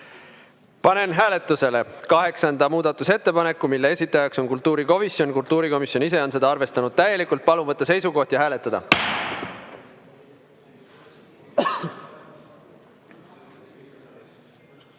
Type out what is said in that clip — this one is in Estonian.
Panen hääletusele kaheksanda muudatusettepaneku, mille esitajaks on kultuurikomisjon. Kultuurikomisjon ise on seda arvestanud täielikult. Palun võtta seisukoht ja hääletada! Kaheksanda